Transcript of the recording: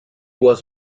was